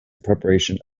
preparation